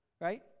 Right